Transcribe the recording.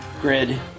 grid